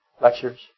lectures